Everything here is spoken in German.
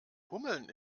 hummeln